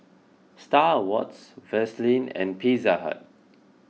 Star Awards Vaseline and Pizza Hut